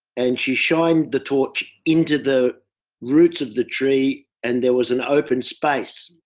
and she shined the torch into the roots of the tree, and there was an open space.